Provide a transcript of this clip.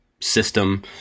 system